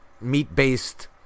meat-based